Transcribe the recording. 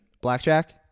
blackjack